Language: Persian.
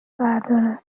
برداره